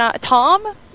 Tom